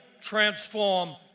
transform